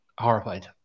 Horrified